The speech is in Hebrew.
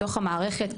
מתוך המערכת,